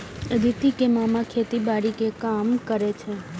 अदिति के मामा खेतीबाड़ी के काम करै छै